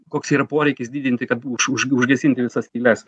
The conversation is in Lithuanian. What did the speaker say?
koks yra poreikis didinti kad už už užgesinti visas skyles